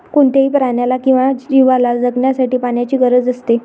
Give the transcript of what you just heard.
कोणत्याही प्राण्याला किंवा जीवला जगण्यासाठी पाण्याची गरज असते